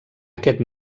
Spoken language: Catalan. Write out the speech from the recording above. aquest